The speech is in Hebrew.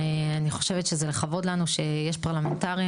אני חושבת שזה לכבוד לנו שיש פרלמנטרים